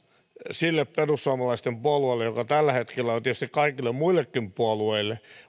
sille perussuomalaisten puolueelle joka tällä hetkellä on ja tietysti kaikille muillekin puolueille